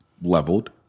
leveled